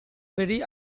very